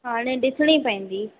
हाणे ॾिसिणी पवंदी